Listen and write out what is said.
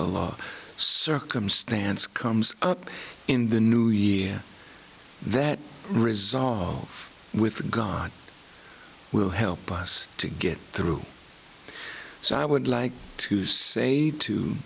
of circumstance comes up in the new year that resolve with god will help us to get through so i would like to say to